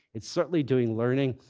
it's certainly doing learning.